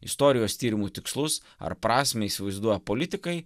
istorijos tyrimų tikslus ar prasmę įsivaizduoja politikai